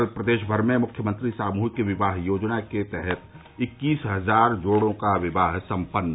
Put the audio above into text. कल प्रदेश भर में मुख्यमंत्री सामूहिक विवाह योजना के तहत इक्कीस हजार जोड़ो का विवाह सम्पन्न